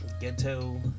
Ghetto